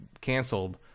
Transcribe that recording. canceled